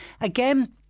Again